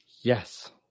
Yes